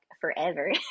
forever